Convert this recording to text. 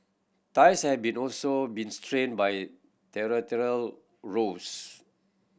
ties have been also been strained by territorial rows